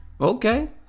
okay